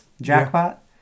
jackpot